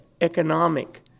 economic